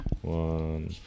One